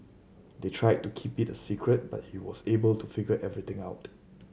they tried to keep it a secret but he was able to figure everything out